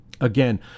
Again